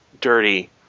dirty